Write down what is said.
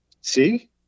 See